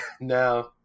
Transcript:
No